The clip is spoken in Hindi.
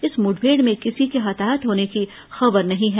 इस मुठभेड़ में किसी के हताहत होने की खबर नहीं है